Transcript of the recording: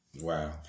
Wow